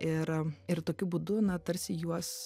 ir ir tokiu būdu na tarsi juos